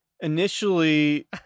initially